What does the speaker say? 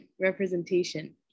representation